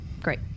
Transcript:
great